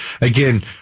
again